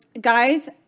guys